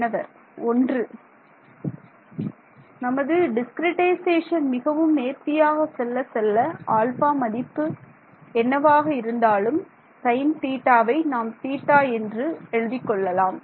மாணவர் ஒன்று நமது டிஸ்கிரிட்டைசேஷன் மிகவும் நேர்த்தியாக செல்ல செல்ல ஆல்ஃபா மதிப்பு என்னவாக இருந்தாலும் சைன் தீட்டாவை நாம் தீட்டா என்று எழுதிக் கொள்ளலாம்